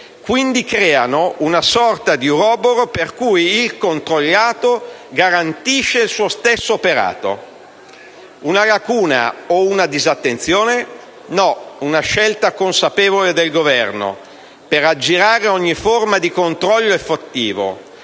quindi creiamo una sorta di uroboro, per cui il controllato garantisce il suo stesso operato. Si tratta di una lacuna o di una disattenzione? No, si tratta di una scelta consapevole del Governo per aggirare ogni forma di controllo effettivo: